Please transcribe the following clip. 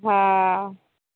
हँ